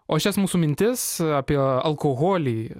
o šias mūsų mintis apie alkoholį